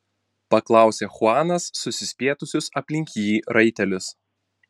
paklausė chuanas susispietusius aplink jį raitelius